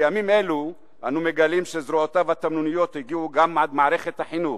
בימים אלו אנו מגלים שזרועותיו התמנוניות הגיעו גם עד מערכת החינוך,